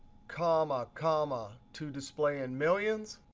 comma, comma to display in millions.